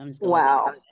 Wow